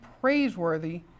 praiseworthy